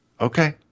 okay